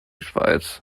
schweiz